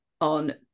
on